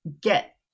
get